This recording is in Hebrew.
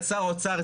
את שר האוצר,